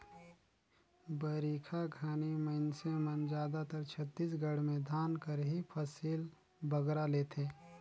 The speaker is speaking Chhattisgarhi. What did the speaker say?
बरिखा घनी मइनसे मन जादातर छत्तीसगढ़ में धान कर ही फसिल बगरा लेथें